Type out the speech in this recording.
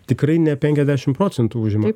tikrai ne penkiasdešimt procentų užima